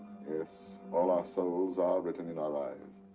yes, all our souls are written in our eyes.